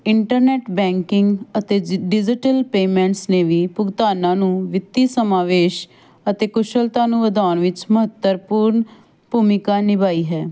internet banking ਅਤੇ ਜ digital payments ਨੇ ਵੀ ਭੁਗਤਾਨਾਂ ਨੂੰ ਵਿੱਤੀ ਸਮਾਂਵੇਸ਼ ਅਤੇ ਕੁਸ਼ਲਤਾ ਨੂੰ ਵਧਾਉਣ ਵਿੱਚ ਮਹੱਤਵਪੂਰਨ ਭੂਮਿਕਾ ਨਿਭਾਈ ਹੈ